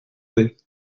vais